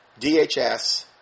DHS